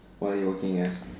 what are you working as